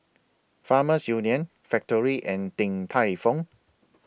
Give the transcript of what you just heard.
Farmers Union Factorie and Din Tai Fung